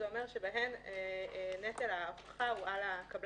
זה אומר שבהן נטל ההוכחה הוא על היזם.